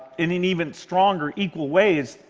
in in even stronger, equal ways,